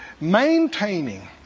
Maintaining